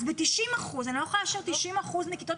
אז ב-90 אחוזים אני לא יכולה לאשר 90 אחוזים מכיתות